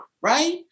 right